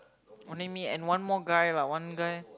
only me and one more guy lah one guy